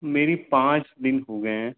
मेरी पाँच दिन हो गए हैं